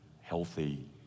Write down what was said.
healthy